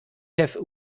have